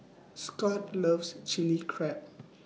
Scot loves Chili Crab